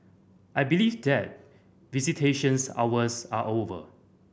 I believe that visitations hours are over